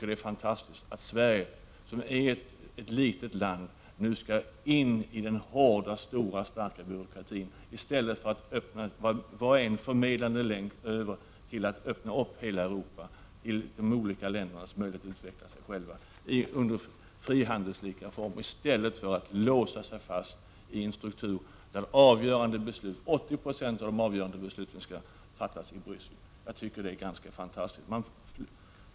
Det är fantastiskt att Sverige, som är ett litet land, nu skall in i den hårda, stora, starka byråkratin i stället för att vara en förmedlande länk och bidra till att öppna Europa för de olika ländernas möjligheter att utveckla sig själva i frihandelslika former i stället för att låsa sig fast i en struktur där 8096 av de avgörande besluten skall fattas i Bryssel. Det är ganska fantastiskt.